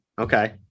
Okay